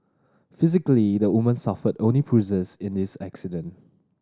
physically the woman suffered only bruises in this accident